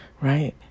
right